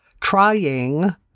trying